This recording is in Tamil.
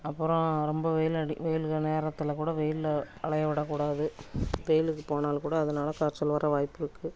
அப்புறோம் ரொம்ப வெயில் அடி வெயில்க நேரத்தில் கூட வெயிலில் அலைய விடக்கூடாது வெயிலுக்கு போனாலும் கூட அதனால காய்ச்சல் வர வாய்ப்பு இருக்குது